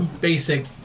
basic